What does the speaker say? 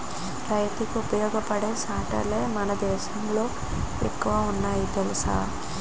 రైతులకి ఉపయోగపడే సట్టాలే మన దేశంలో ఎక్కువ ఉన్నాయి తెలుసా